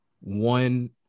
one